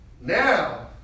now